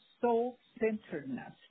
soul-centeredness